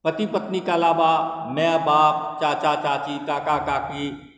पति पत्नीके आलावा माय बाप चाचा चाची काका काकी